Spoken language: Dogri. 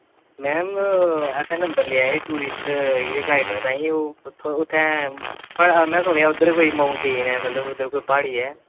मैम असें नंबर लेआ ही टूरिस्ट गाइडर ताहीं ओह् दा उत्थें में सुनेंआ उद्धर कोई माउंटेन ऐ मतलब उद्धर कोई प्हाड़ी ऐ